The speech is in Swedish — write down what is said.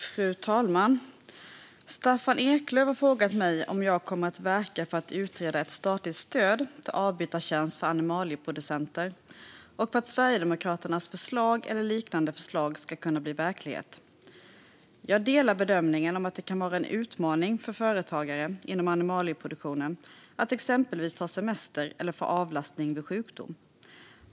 Fru talman! Staffan Eklöf har frågat mig om jag kommer att verka för att utreda ett statligt stöd till avbytartjänst för animalieproducenter och för att Sverigedemokraternas förslag eller liknande förslag ska kunna bli verklighet. Jag delar bedömningen att det kan vara en utmaning för företagare inom animalieproduktionen att exempelvis ta semester eller få avlastning vid sjukdom.